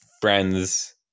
friends